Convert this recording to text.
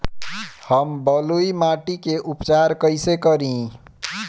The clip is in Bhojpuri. हम बलुइ माटी के उपचार कईसे करि?